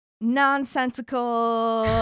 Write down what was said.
nonsensical